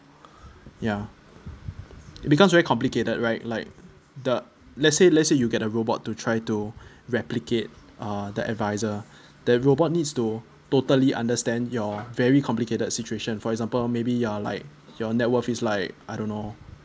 ya because very complicated right like the let's say let's say you get a robot to try to replicate uh the adviser the robot needs to totally understand your very complicated situation for example maybe you are like your net worth is like I don't know